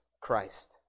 Christ